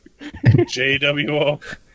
JWO